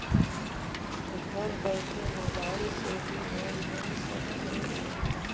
घर बइठे मोबाईल से भी लोन मिल सकथे का?